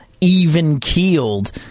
even-keeled